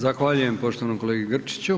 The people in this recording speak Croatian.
Zahvaljujem poštovanom kolegi Grčiću.